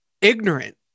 Ignorant